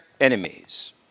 enemies